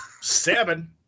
Seven